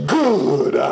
good